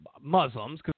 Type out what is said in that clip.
Muslims